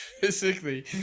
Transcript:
Physically